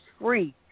free